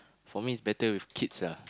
for me it's better with kids